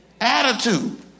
Attitude